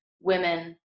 women